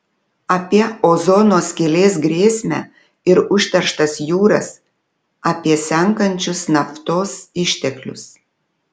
apie ozono skylės grėsmę ir užterštas jūras apie senkančius naftos išteklius